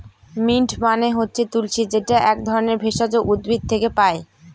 mint মানে হচ্ছে তুলশী যেটা এক ধরনের ভেষজ উদ্ভিদ থেকে পায়